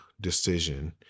decision